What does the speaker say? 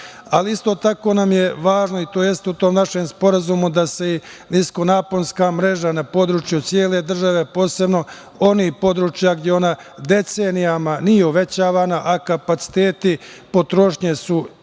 tako nam je važno tj. u tom našem sporazumu da se nisko naponska mreža na području cele države, posebno onih područja gde ona decenijama nije uvećavana, a kapaciteti potrošnje su iznimno